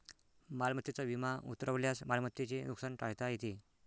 मालमत्तेचा विमा उतरवल्यास मालमत्तेचे नुकसान टाळता येते